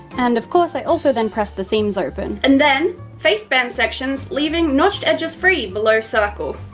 and of course i also then press the seams open. and then face band sections, leaving notched edges free, below circle.